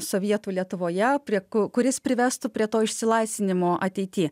sovietų lietuvoje prie ku kuris privestų prie to išsilaisvinimo ateity